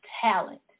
talent